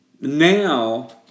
Now